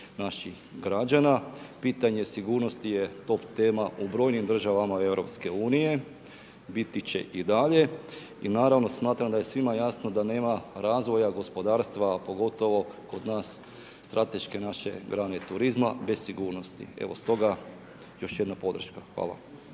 naših građana. Pitanje sigurnosti je top tema u brojnim državama europske unije, biti će i dalje i naravno, smatram da je svima jasno da nema razvoja gospodarstva, a pogotovo kod nas strateške naše grane turizma bez sigurnosti. Evo, stoga još jednom podrška. Hvala.